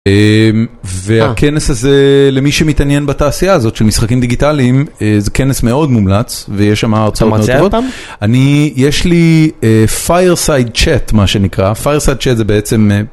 והכנס הזה למי שמתעניין בתעשייה הזאת של משחקים דיגיטליים זה כנס מאוד מומלץ ויש שם ארצות מאוד טובות אני יש לי fireside chat מה שנקרא fireside chat זה בעצם.